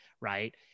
right